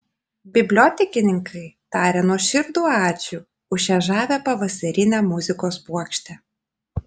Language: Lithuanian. bibliotekininkai taria nuoširdų ačiū už šią žavią pavasarinę muzikos puokštę